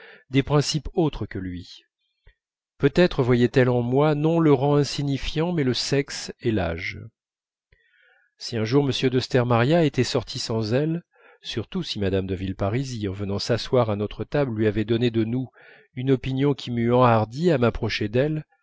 des principes autres que lui peut-être voyait-elle en moi non le rang insignifiant mais le sexe et l'âge si un jour m de stermaria était sorti sans elle surtout si mme de villeparisis en venant s'asseoir à notre table lui avait donné de nous une opinion qui m'eût enhardi à m'approcher d'elle